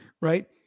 Right